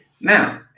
now